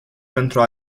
pentru